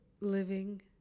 living